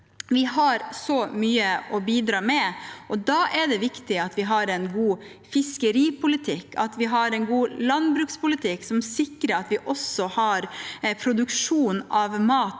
Vi har mye å bidra med, og da er det viktig at vi har en god fiskeripolitikk og en god landbrukspolitikk, som sikrer at vi også har produksjon av mat